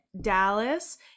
dallas